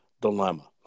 dilemma